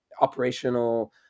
operational